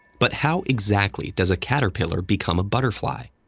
but how exactly does a caterpillar become a butterfly?